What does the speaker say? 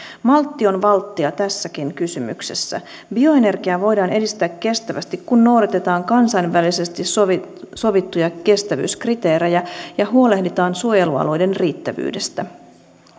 maltti on valttia tässäkin kysymyksessä bioenergiaa voidaan edistää kestävästi kun noudatetaan kansainvälisesti sovittuja sovittuja kestävyyskriteerejä ja huolehditaan suojelualueiden riittävyydestä